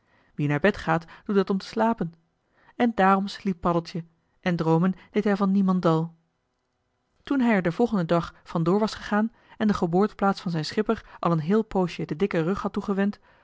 wie naar bed gaat doet dat om te slapen en daarom sliep paddeltje en droomen deed hij van niemendal toen hij er den volgenden dag van door was gegaan en de geboorteplaats van zijn schipper al een heel poosje den dikken rug had toegewend